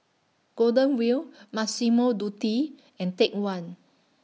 Golden Wheel Massimo Dutti and Take one